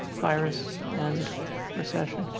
virus and reception.